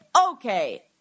Okay